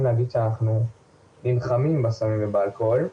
להגיד שאנחנו נלחמים בסמים ובאלכוהול,